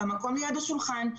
במקום ליד השולחן,